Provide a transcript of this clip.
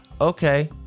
okay